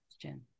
question